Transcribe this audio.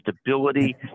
stability